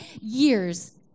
years